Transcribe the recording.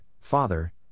Father